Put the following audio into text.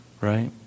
right